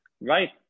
right